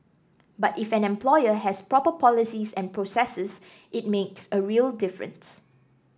but if an employer has proper policies and processes it makes a real difference